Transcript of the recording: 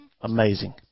Amazing